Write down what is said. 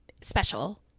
special